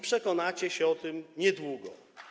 Przekonacie się o tym niedługo.